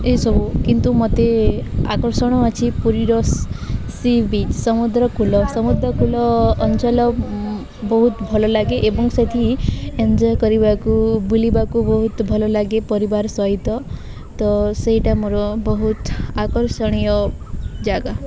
ଏଇସବୁ କିନ୍ତୁ ମୋତେ ଆକର୍ଷଣ ଅଛି ପୁରୀର ସି ବିଚ୍ ସମୁଦ୍ରକୂଲ ସମୁଦ୍ରକୂଲ ଅଞ୍ଚଲ ବହୁତ ଭଲ ଲାଗେ ଏବଂ ସେଠି ଏଞ୍ଜୟ କରିବାକୁ ବୁଲିବାକୁ ବହୁତ ଭଲ ଲାଗେ ପରିବାର ସହିତ ତ ସେଇଟା ମୋର ବହୁତ ଆକର୍ଷଣୀୟ ଜାଗା